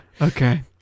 okay